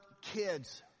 kids